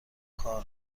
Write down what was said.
کار